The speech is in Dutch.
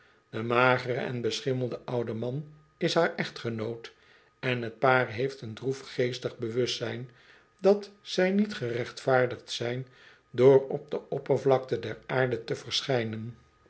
de magere en beschimmelde oude man is haar echtgenoot en t paar heeft een droefgeestig bewustzijn dat zij niet gerechtvaardigd zijn door op de oppervlakte der aarde te verschijnen